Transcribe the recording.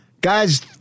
Guys